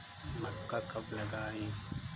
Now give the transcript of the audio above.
मक्का कब लगाएँ?